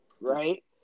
Right